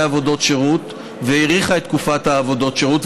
עבודות שירות ומאריכה את תקופת עבודות השירות,